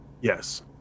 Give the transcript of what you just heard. Yes